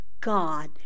God